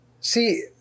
See